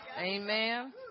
Amen